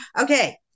Okay